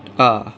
ah